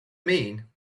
mean